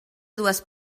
dues